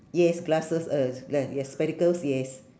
yes glasses uh glas~ yes spectacles yes